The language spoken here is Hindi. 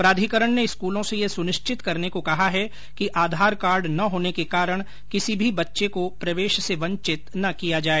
प्राधिकरण ने स्कूलों से यह सुनिश्चित करने को कहा है कि आधार कार्ड न होने के कारण किसी भी बच्चे को प्रवेश से वंचित न किया जाए